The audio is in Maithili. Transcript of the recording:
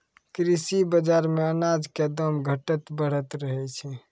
कृषि बाजार मॅ अनाज के दाम घटतॅ बढ़तॅ रहै छै